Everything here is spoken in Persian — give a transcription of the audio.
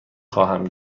خواهم